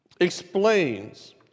explains